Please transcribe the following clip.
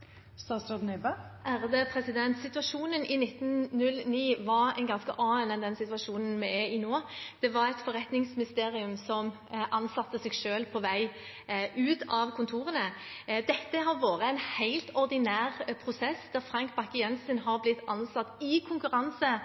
Situasjonen i 1909 var en ganske annen enn den situasjonen vi er i nå. Det var et forretningsministerium som ansatte seg selv på vei ut av kontorene. Dette har vært en helt ordinær prosess der Frank Bakke-Jensen har blitt ansatt i konkurranse